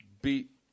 Beat